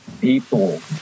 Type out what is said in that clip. people